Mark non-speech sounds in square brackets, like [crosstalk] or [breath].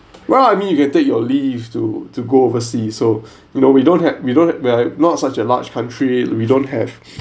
well I mean you can take your leaves to to go oversea so [breath] you know we don't have we don't we're not such a large country we don't have [breath]